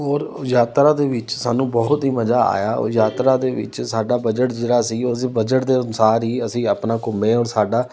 ਔਰ ਯਾਤਰਾ ਦੇ ਵਿੱਚ ਸਾਨੂੰ ਬਹੁਤ ਹੀ ਮਜ਼ਾ ਆਇਆ ਉਹ ਯਾਤਰਾ ਦੇ ਵਿੱਚ ਸਾਡਾ ਬਜਟ ਜਿਹੜਾ ਸੀ ਉਸ ਬਜਟ ਦੇ ਅਨੁਸਾਰ ਹੀ ਅਸੀਂ ਆਪਣਾ ਘੁੰਮੇ ਔਰ ਸਾਡਾ